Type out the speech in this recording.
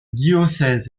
diocèse